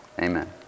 Amen